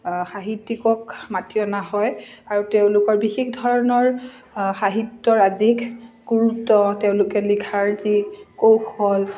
সাহিত্যিকক মাতি অনা হয় আৰু তেওঁলোকৰ বিশেষ ধৰণৰ সাহিত্যৰাজিক গুৰুত্ব তেওঁলোকে লিখাৰ যি কৌশল